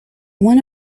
one